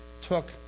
took